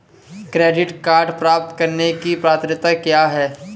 Credit card प्राप्त करने की पात्रता क्या है?